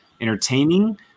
entertaining